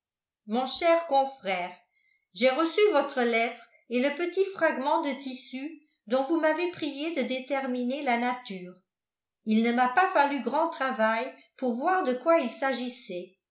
mon cher confrère j'ai reçu votre lettre et le petit fragment de tissu dont vous m'avez prié de déterminer la nature il ne m'a pas fallu grand travail pour voir de quoi il s'agissait